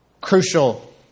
Crucial